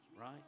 right